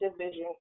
division